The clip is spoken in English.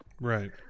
Right